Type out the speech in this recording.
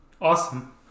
Awesome